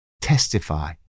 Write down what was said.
testify